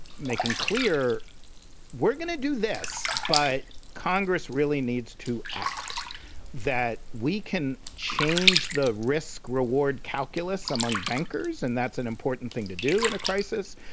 making clear we're going to do this, but congress really needs to act that we can change the risk reward calculus among bankers. and that's an important thing to do in a crisis.